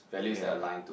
ya